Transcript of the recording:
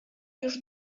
już